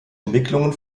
entwicklungen